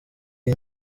iyi